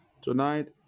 Tonight